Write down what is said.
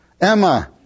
Emma